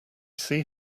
see